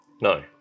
no